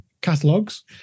catalogs